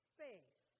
faith